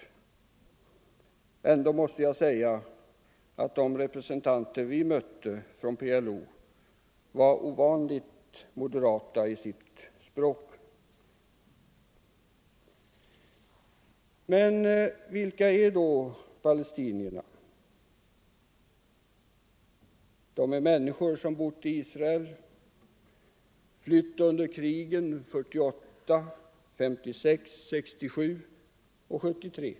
Ändå måste jag säga att de representanter vi mött från PLO var ovanligt moderata i sitt språk. Men vilka är då palestinierna? De är människor som bott i Israel, som flytt under krigen 1948, 1956, 1967 och 1973.